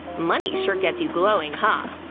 money sure gets you glowing, huh?